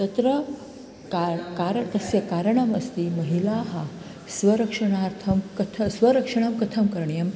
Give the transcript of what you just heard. तत्र कारणं कारणं तस्य कारणम् अस्ति महिलाः स्वरक्षणार्थं कथं स्वरक्षणं कथं करणीयं